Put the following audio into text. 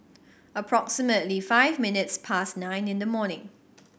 approximately five minutes past nine in the morning